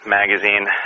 magazine